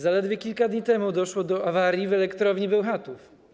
Zaledwie kilka dni temu doszło do awarii w elektrowni Bełchatów.